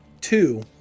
two